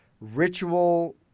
ritual